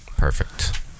Perfect